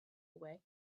away